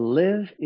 live